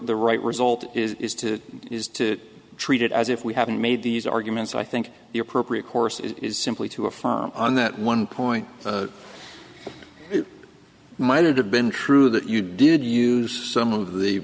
the right result is to is to treat it as if we haven't made these arguments i think the appropriate course is is simply to affirm on that one point it might have been true that you did use some of the